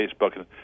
Facebook